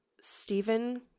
Stephen